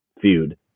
feud